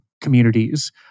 communities